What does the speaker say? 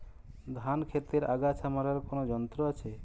ধান ক্ষেতের আগাছা মারার কোন যন্ত্র আছে?